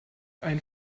ein